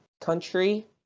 country